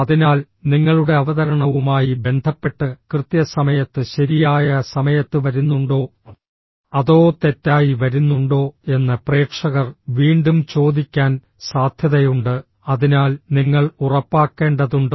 അതിനാൽ നിങ്ങളുടെ അവതരണവുമായി ബന്ധപ്പെട്ട് കൃത്യസമയത്ത് ശരിയായ സമയത്ത് വരുന്നുണ്ടോ അതോ തെറ്റായി വരുന്നുണ്ടോ എന്ന് പ്രേക്ഷകർ വീണ്ടും ചോദിക്കാൻ സാധ്യതയുണ്ട് അതിനാൽ നിങ്ങൾ ഉറപ്പാക്കേണ്ടതുണ്ട്